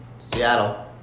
Seattle